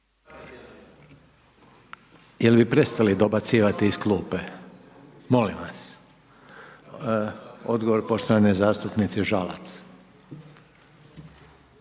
…/Jel bi prestali dobacivati iz klupe, molim vas…/ Odgovor poštovane zastupnice Žalac.